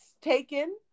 taken